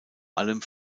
allem